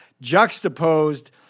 juxtaposed